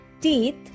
Teeth